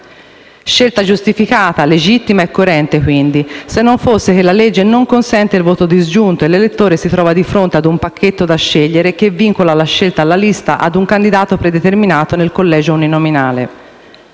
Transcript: scelta giustificata, legittima e coerente, quindi, se non fosse che la legge non consente il voto disgiunto e l'elettore si trova di fronte a un pacchetto da scegliere, che vincola la scelta alla lista a un candidato predeterminato nel collegio uninominale.